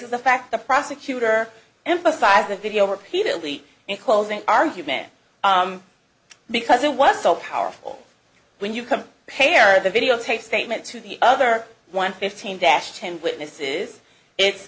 is the fact the prosecutor emphasized the video repeatedly in closing argument because it was so powerful when you come pair the videotaped statement to the other one fifteen dash ten witnesses i